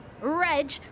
Reg